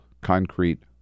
concrete